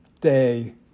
day